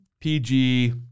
PG